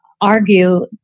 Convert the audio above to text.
argue